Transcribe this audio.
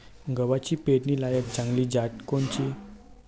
गव्हाची पेरनीलायक चांगली जात कोनची?